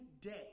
day